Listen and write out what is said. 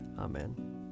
Amen